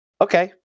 Okay